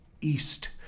east